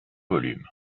vol